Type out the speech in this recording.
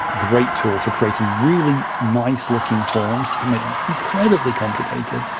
great tool for creating really nice-looking forms. you can make them incredibly complicated,